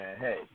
hey